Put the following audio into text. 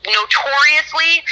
notoriously